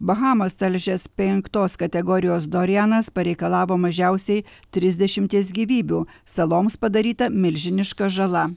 bahamas talžęs penktos kategorijos dorianas pareikalavo mažiausiai trisdešimties gyvybių saloms padaryta milžiniška žala